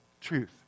truth